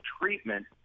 treatment